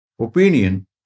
opinion